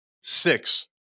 Six